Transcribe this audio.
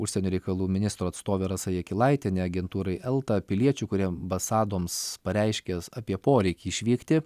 užsienio reikalų ministro atstovė rasa jakilaitienė agentūrai elta piliečių kurie ambasadoms pareiškę apie poreikį išvykti